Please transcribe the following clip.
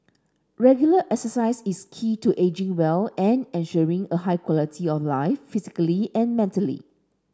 regular exercise is key to ageing well and ensuring a high quality of life physically and mentally